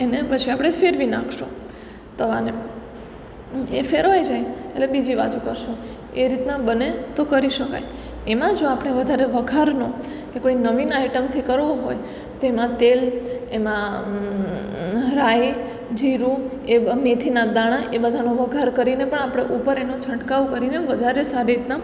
એને પછી આપણે ફેરવી નાખીશું તવાને એ ફેરવાઈ જાય એટલે બીજી બાજુ કરીશું એ રીતના બને તો કરી શકાય એમાં જો આપણે વધારે વઘારનો કે કોઈ નવીન આઇટમથી કરવું હોય તો એમા તેલ એમાં રાઈ જીરું એ મેથીનાં દાણાં એ બધાનો વઘાર કરીને પણ આપણે ઉપર એનો છંટકાવ કરીને વધારે સારી રીતનાં